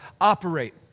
operate